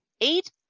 eight